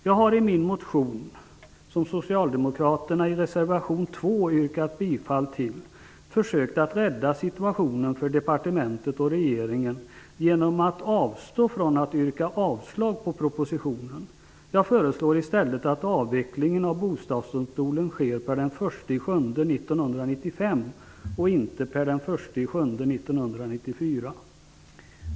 Jag har i min motion, till vilken socialdemokraterna i reservation 2 yrkat bifall, försökt att rädda situationen för departementet och regeringen genom att avstå från att yrka avslag på propositionen. Jag föreslår i stället att avvecklingen av Bostadsdomstolen sker per den 1 juli 1995 och inte den 1 juli 1994.